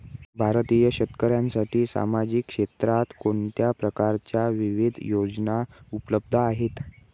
भारतीय शेतकऱ्यांसाठी सामाजिक क्षेत्रात कोणत्या प्रकारच्या विविध योजना उपलब्ध आहेत?